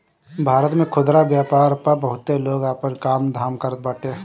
भारत में खुदरा व्यापार पअ बहुते लोग आपन काम धाम करत बाटे